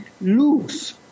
lose